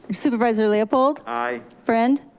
supervisor leopold? aye. friend?